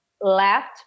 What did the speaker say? left